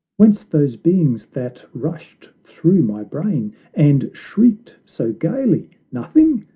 whence those beings that rushed through my brain and shrieked so gaily? nothing?